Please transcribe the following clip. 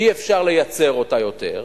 אי-אפשר לייצר אותה יותר,